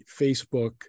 Facebook